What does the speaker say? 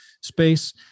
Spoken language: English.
space